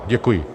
Děkuji.